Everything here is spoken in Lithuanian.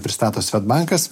pristato svedbankas